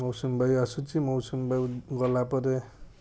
ମୌସୁମୀ ବାୟୁ ଆସୁଛି ମୌସୁମୀ ବାୟୁ ଗଲା ପରେ